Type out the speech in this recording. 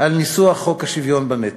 על ניסוח חוק השוויון בנטל,